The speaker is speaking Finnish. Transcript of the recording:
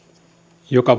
joka